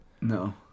No